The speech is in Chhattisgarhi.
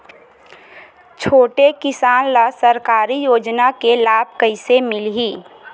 छोटे किसान ला सरकारी योजना के लाभ कइसे मिलही?